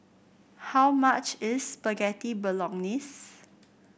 how much is Spaghetti Bolognese